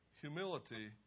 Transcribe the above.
Humility